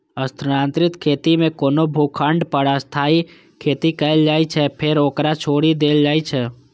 स्थानांतरित खेती मे कोनो भूखंड पर अस्थायी खेती कैल जाइ छै, फेर ओकरा छोड़ि देल जाइ छै